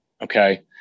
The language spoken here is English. Okay